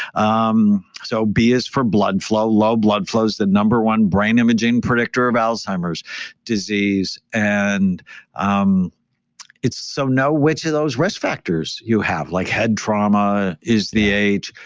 um so b is for blood flow. low blood flow's the number one brain imaging predictor of alzheimer's disease. and um so know which of those risk factors you have like head trauma is the h.